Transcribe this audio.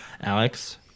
alex